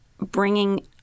bringing